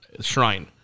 Shrine